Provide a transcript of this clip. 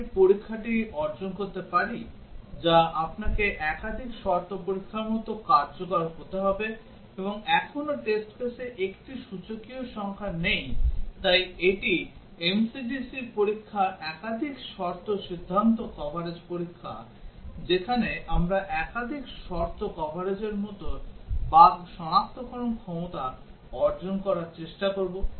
আমরা কি পরীক্ষাটি অর্জন করতে পারি যা আপনাকে একাধিক শর্ত পরীক্ষার মতো কার্যকর হতে হবে এবং এখনও টেস্ট কেসে একটি সূচকীয় সংখ্যা নেই তাই এটি MCDC পরীক্ষা একাধিক শর্ত সিদ্ধান্ত কভারেজ পরীক্ষা যেখানে আমরা একাধিক শর্ত কভারেজের মতো বাগ সনাক্তকরণ ক্ষমতা অর্জন করার চেষ্টা করব